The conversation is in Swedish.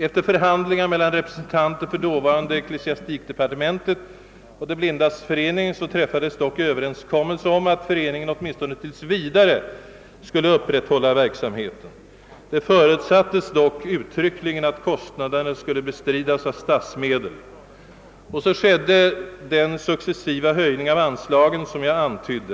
Efter förhandlingar mellan representanter för dåvarande ecklesiastikdepartementet och De blindas förening träffades dock en överenskommelse om att föreningen åtminstone tills vidare skulle upprätthålla verksamheten. Det förutsattes dock uttryckligen att kostnaderna skulle bestridas av statsmedel. Och så genomfördes den stegvisa höjning av anslagen som jag förut antytt.